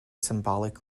symbolic